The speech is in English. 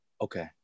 Okay